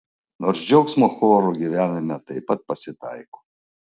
nors džiaugsmo chorų gyvenime taip pat pasitaiko